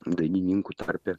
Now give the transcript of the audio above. dainininkų tarpe